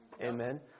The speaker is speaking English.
amen